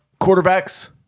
Quarterbacks